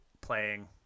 playing